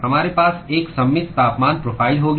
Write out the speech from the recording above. हमारे पास एक सममित तापमान प्रोफ़ाइल होगी